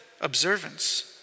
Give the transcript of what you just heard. observance